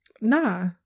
nah